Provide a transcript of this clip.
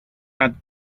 add